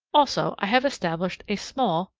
also i have established a small,